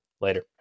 Later